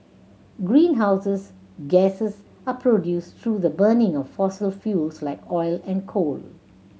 greenhouses gases are produced through the burning of fossil fuels like oil and coal